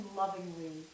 lovingly